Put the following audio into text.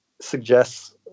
suggests